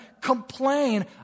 complain